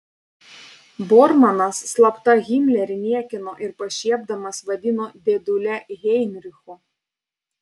bormanas slapta himlerį niekino ir pašiepdamas vadino dėdule heinrichu